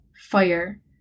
fire